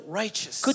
righteous